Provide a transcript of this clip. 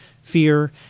fear